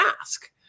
ask